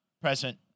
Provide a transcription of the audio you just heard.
present